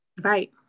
Right